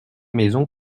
maison